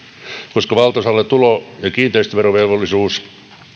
koska valtaosalle tulo ja kiinteistöverovelvollisuus